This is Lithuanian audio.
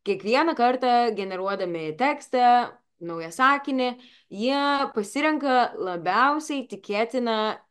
kiekvieną kartą generuodami tekstą naują sakinį jie išsirenka labiausiai tikėtiną